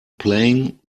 playing